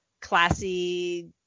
classy